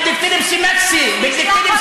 תמשיך.